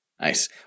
Nice